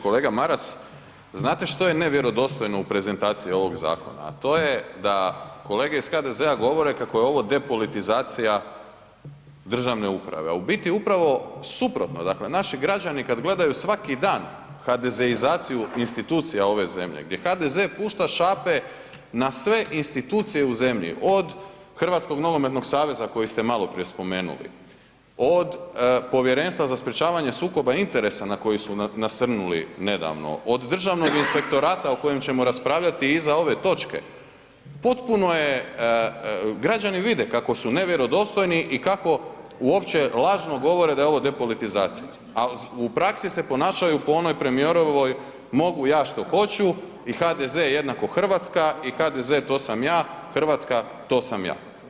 Kolega Maras, znate što je nevjerodostojno u prezentaciji ovog zakona a to je da kolege iz HDZ-a govore kako je ovo depolitizacija državne uprave a u biti upravo suprotno, dakle naši građani kad gledaju svaki dan hadezeizaciju institucija ove zemlje gdje HDZ pušta šape na sve institucije u zemlji, od HNS-a koji ste malo prije spomenuli, od Povjerenstva za sprječavanje sukoba interesa na koji su nasrnuli nedavno, od Državnog inspektorata o kojem ćemo raspravljati iza ove točke, potpuno je, građani vide kako su nevjerodostojni i kako uopće lažno govore da je ovo depolitizacija a u praksi se ponašaju po onoj premijerovoj „mogu ja što hoću“ i HDZ jedna Hrvatska i HDZ, to sam ja, Hrvatska to sam ja.